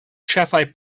ĉefaj